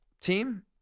team